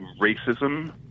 racism